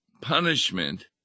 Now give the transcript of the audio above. punishment